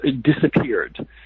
disappeared